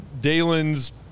Dalen's